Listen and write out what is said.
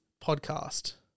Podcast